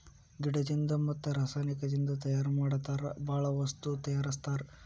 ಗಿಡದಿಂದ ಮತ್ತ ರಸಾಯನಿಕದಿಂದ ತಯಾರ ಮಾಡತಾರ ಬಾಳ ವಸ್ತು ತಯಾರಸ್ತಾರ